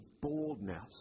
boldness